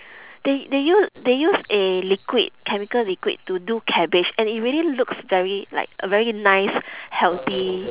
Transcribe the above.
they they use they use a liquid chemical liquid to do cabbage and it really looks very like a very nice healthy